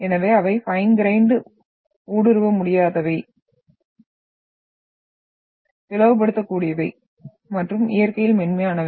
எனவே அவை fine grained ஊடுருவ முடியாதவை பிளவுபடுத்தக்கூடியவை மற்றும் இயற்கையில் மென்மையானவை